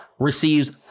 receives